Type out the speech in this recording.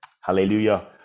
Hallelujah